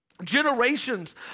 generations